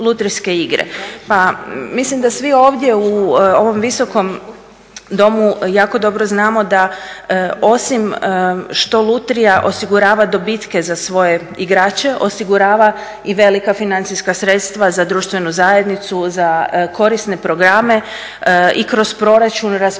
mislim da svi ovdje u ovom visokom domu jako dobro znamo da osim što lutrija osigurava dobitke za svoje igrače, osigurava i velika financijska sredstava za društvenu zajednicu, za korisne programe i kroz proračun raspolažemo